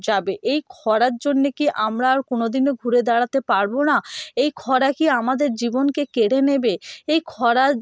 যাবে এই খরার জন্যে কি আমরা আর কোনো দিনও ঘুরে দাঁড়াতে পারবো না এই খরা কি আমাদের জীবনকে কেড়ে নেবে এই খরা